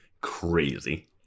Crazy